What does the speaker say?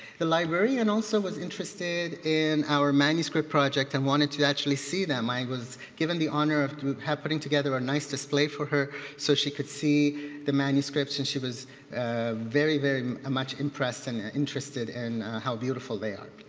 the library and also was interested in our manuscript project and wanted to actually see them. i and was given the honor of putting together a nice display for her so she could see the manuscripts. and she was very, very much impressed and interested in how beautiful they are.